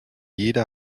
jeder